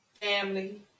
family